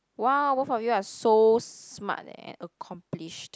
(woah) both of you are so smart and accomplished